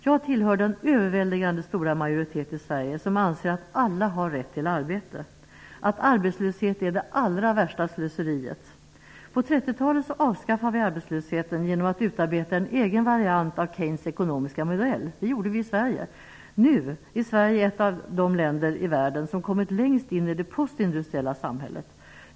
Jag tillhör den överväldigande majoritet i Sverige som anser att alla har rätt till arbete, att arbetslöshet är det allra värsta slöseriet. På 30-talet avskaffade vi arbetslösheten genom att utarbeta en egen variant av Keynes ekonomiska modell. Det gjorde vi i Sverige. Nu är Sverige ett av de länder i världen som kommit längst in i det postindustriella samhället.